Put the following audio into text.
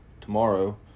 tomorrow